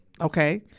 okay